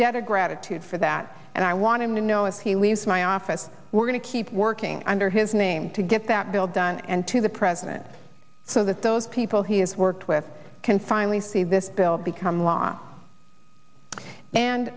debt of gratitude for that and i want him to know as he leaves my office we're going to keep working under his name to get that bill done and to the president so that those people he has worked with can finally see this bill become law and